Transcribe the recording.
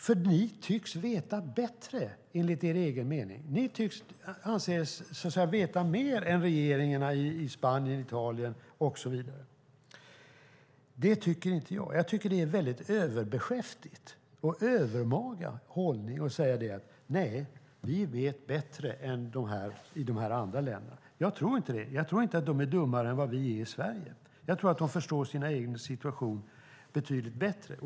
För ni tycks veta bättre, enligt er egen mening. Ni anser er veta mer än regeringarna i Spanien, Italien och så vidare. Jag tycker att det är överbeskäftigt och en övermaga hållning att säga: Nej, vi vet bättre än de i de andra länderna. Jag tror inte att de är dummare än vad vi är i Sverige. Jag tror att de förstår sin egen situation betydligt bättre.